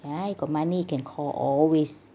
when I got money can call always